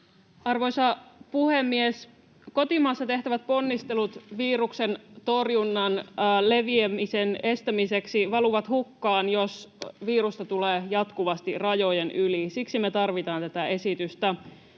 Arvoisa puhemies! Kotimaassa tehtävät ponnistelut viruksen leviämisen estämiseksi valuvat hukkaan, jos virusta tulee jatkuvasti rajojen yli. Siksi me tarvitaan tätä esitystä.